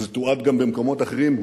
וזה תועד גם במקומות אחרים,